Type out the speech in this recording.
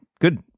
Good